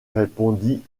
répondit